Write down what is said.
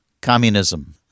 communism